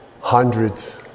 hundreds